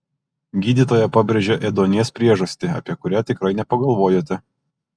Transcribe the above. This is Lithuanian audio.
gydytoja pabrėžė ėduonies priežastį apie kurią tikrai nepagalvojote